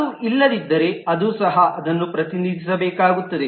ಅದು ಇಲ್ಲದಿದ್ದರೆ ಅದು ಸಹ ಅದನ್ನು ಪ್ರತಿನಿಧಿಸಬೇಕಾಗುತ್ತದೆ